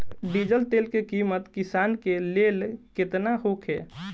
Diesel तेल के किमत किसान के लेल केतना होखे?